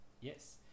Yes